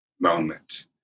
moment